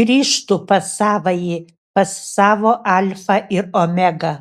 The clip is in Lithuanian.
grįžtų pas savąjį pas savo alfą ir omegą